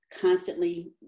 constantly